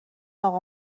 اقا